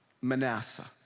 Manasseh